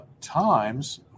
times